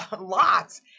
lots